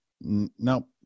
nope